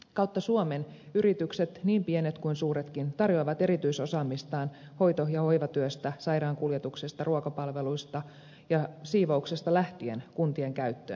kautta suomen yritykset niin pienet kuin suuretkin tarjoavat erityisosaamistaan hoito ja hoivatyöstä sairaankuljetuksesta ruokapalveluista ja siivouksesta lähtien kuntien käyttöön